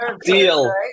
Deal